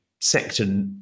sector